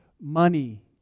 money